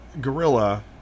gorilla